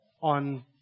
on